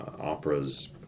operas